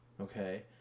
okay